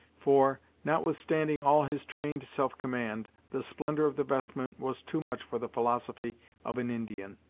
for, notwithstanding all his trained self-command, the splendor of the vestment was too much for the philosophy of an indian.